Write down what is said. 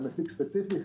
על מפיק ספציפי,